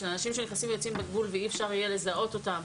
של אנשים שנכנסים ויוצאים בגבול ואי אפשר יהיה לזהות אותם,